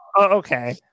Okay